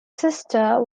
sister